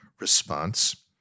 response